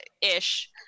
Ish